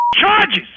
charges